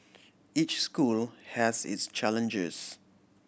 each school has its challenges